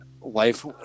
Life